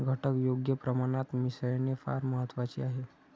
घटक योग्य प्रमाणात मिसळणे फार महत्वाचे आहे